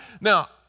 Now